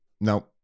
No